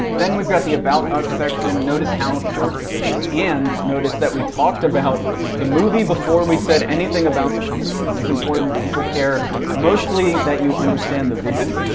then we've got the about us section. notice how short this is, and notice that we talked about the movie before we said anything about the company. this is important, people care mostly that you understand the vision.